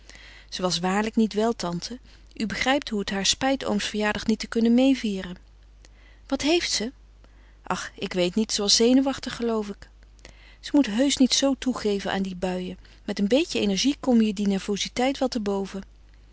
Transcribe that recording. ze was waarlijk niet wel tante u begrijpt hoe t haar spijt ooms verjaardag niet te kunnen meêvieren wat heeft ze ach ik weet niet ze was zenuwachtig geloof ik ze moet heusch niet zoo toegeven aan die buien met een beetje energie kom je die nervoziteit wel te boven